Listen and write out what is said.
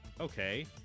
okay